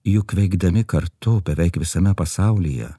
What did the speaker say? juk veikdami kartu beveik visame pasaulyje